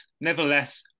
nevertheless